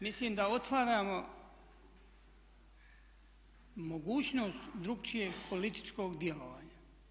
Mislim da otvaramo mogućnost drukčijeg političkog djelovanja.